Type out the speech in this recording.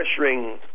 pressuring